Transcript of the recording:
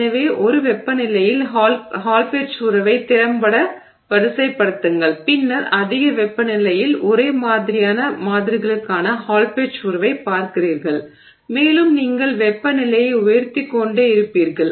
எனவே ஒரு வெப்பநிலையில் ஹால் பெட்ச் உறவை திறம்பட வரிசைப்படுத்துங்கள் பின்னர் அதிக வெப்பநிலையில் ஒரே மாதிரியான மாதிரிகளுக்கான ஹால் பெட்ச் உறவைப் பார்க்கிறீர்கள் மேலும் நீங்கள் வெப்பநிலையை உயர்த்திக் கொண்டே இருப்பீர்கள்